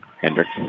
Hendricks